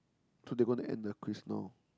so they gonna end the quiz now